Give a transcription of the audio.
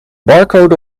barcode